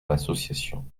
l’association